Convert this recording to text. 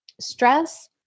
stress